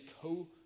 co